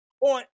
on